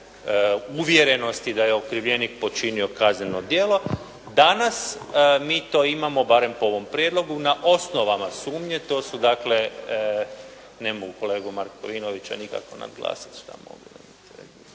uvjerenosti da je okrivljenik počinio kazneno djelo. Danas mi to imamo, barem po ovom prijedlogu na osnovama sumnje. To su dakle, ne mogu kolegu Markovinovića nikako nadglasati, šta mogu. Dakle,